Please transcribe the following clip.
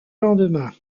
lendemain